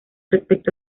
respecto